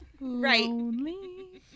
Right